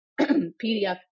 pdf